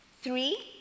Three